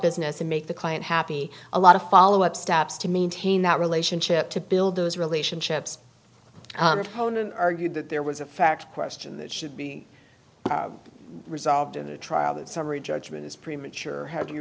business and make the client happy a lot of follow up steps to maintain that relationship to build those relationships own and argued that there was a fact question that should be resolved in a trial that summary judgment is premature h